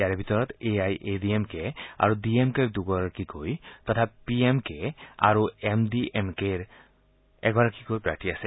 ইয়াৰে ভিতৰত A I A D M K আৰু ডি এম কেৰ দুগৰাকীকৈ তথা পি এম কে আৰু এম ডি এম কে দলৰ এগৰাকীকৈ প্ৰাৰ্থী আছে